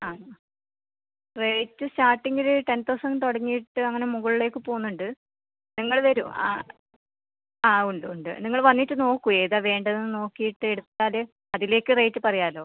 ആ റേറ്റ് സ്റ്റാർട്ടിംഗിൽ ten thousand തുടങ്ങിയിട്ട് അങ്ങനെ മുകളിലേക്ക് പോകുന്നുണ്ട് നിങ്ങൾ വരൂ ആ ആ ഉണ്ട് ഉണ്ട് നിങ്ങൾ വന്നിട്ട് നോക്കൂ ഏതാണ് വേണ്ടത് നോക്കിയിട്ട് എടുത്താൽ അതിലേക്ക് റേറ്റ് പറയാലോ